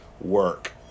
work